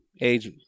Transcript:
age